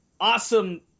Awesome